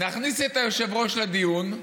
נכניס את היושב-ראש לדיון.